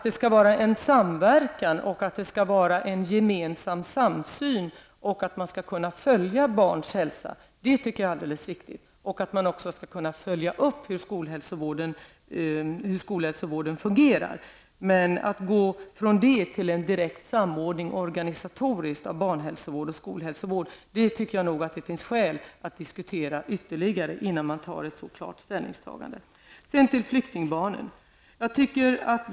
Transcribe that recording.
Det är alldeles riktigt att det bör finnas en samverkan och en gemensam samsyn och att det skall vara möjligt att följa barns hälsa och också följa upp hur skolhälsovården fungerar. Det finns emellertid skäl att, innan man tar ställningi frågan, ytterligare diskutera om man därifrån skall gå till en direkt organisatorisk samordning av barnhälsovård och skolhälsovård. Sedan till frågan om flyktingbarnen.